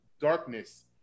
darkness